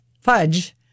Fudge